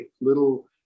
little